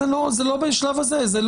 זה לא בשלב הזה,